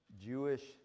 Jewish